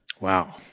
Wow